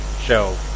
show